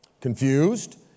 Confused